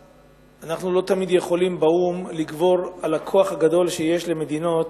לא תמיד יכולים לגבור באו"ם על הכוח הגדול שיש למדינות,